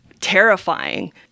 terrifying